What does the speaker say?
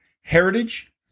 heritage